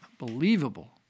Unbelievable